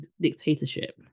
dictatorship